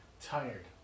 tired